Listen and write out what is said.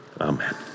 amen